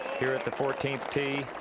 here at the fourteenth tee.